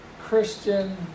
Christian